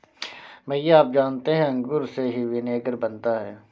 भैया आप जानते हैं अंगूर से ही विनेगर बनता है